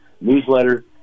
newsletter